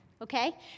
Okay